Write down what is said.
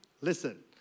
Listen